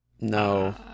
No